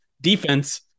defense